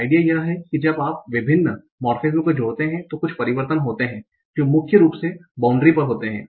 idea यह है कि जब आप विभिन्न मोर्फेमेज़ को जोड़ते हैं तो कुछ परिवर्तन होते हैं जो मुख्य रूप से बोंडरी पर होते हैं